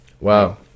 Wow